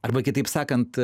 arba kitaip sakant